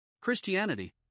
Christianity